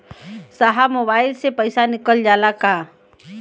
साहब मोबाइल से पैसा निकल जाला का?